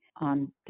on